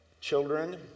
children